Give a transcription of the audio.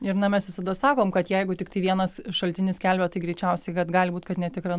ir na mes visada sakom kad jeigu tiktai vienas šaltinis skelbia tai greičiausiai kad gali būt kad netikra